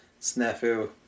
snafu